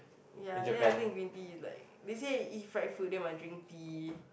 ya then I think green tea is like they say eat fried food then must drink tea